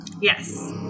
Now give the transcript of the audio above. Yes